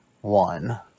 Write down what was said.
One